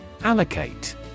Allocate